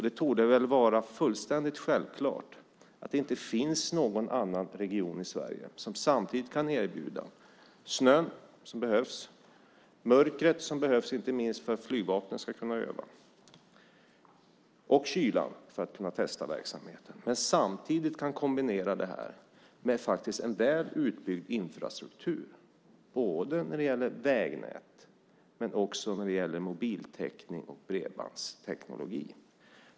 Det torde väl vara fullständigt självklart att det inte finns någon annan region i Sverige som samtidigt kan erbjuda snön som behövs, mörkret som behövs inte minst för att flygvapnet ska kunna öva och kylan som behövs för att kunna testa verksamheten. Samtidigt kan man kombinera detta med en väl utbyggd infrastruktur när det gäller vägnät men också när det gäller mobiltäckning och bredband.